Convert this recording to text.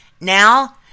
Now